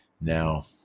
Now